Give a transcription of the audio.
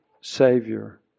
Savior